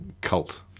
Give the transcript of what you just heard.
Cult